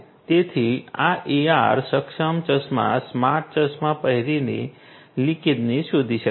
તેથી આ AR સક્ષમ ચશ્મા સ્માર્ટ ચશ્મા પહેરીને લીકેજ શોધી શકાય છે